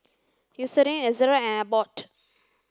Eucerin Ezerra and Abbott